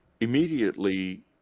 immediately